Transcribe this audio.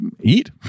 eat